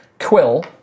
Quill